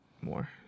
more